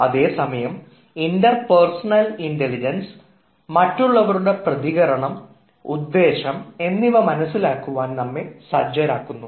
അതേസമയം interpersonal intelligence മറ്റുള്ളവരുടെ പ്രതികരണം ഉദ്ദേശം എന്നിവ മനസ്സിലാക്കുവാൻ നമ്മുടെ സജ്ജരാക്കുന്നു